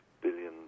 billion